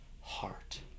heart